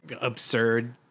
absurd